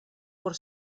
por